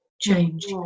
change